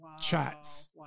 chats